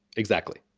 exactly.